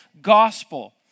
gospel